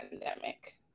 pandemic